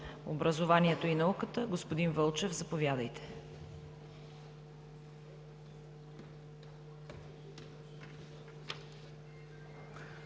образованието и науката. Господин Вълчев, заповядайте.